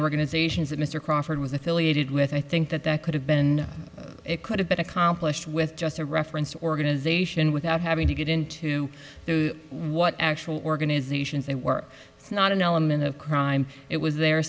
organizations that mr crawford was affiliated with i think that that could have been it could have been accomplished with just a reference organization without having to get into what actual organizations they work it's not an element of crime it was there